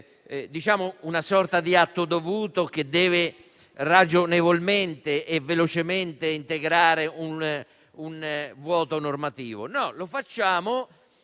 su una sorta di atto dovuto che deve ragionevolmente e velocemente integrare un vuoto normativo: lo facciamo